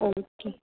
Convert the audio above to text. okay